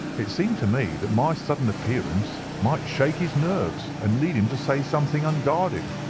it seemed to me that my sudden appearance might shake his nerves and lead him to say something unguarded.